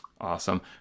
Awesome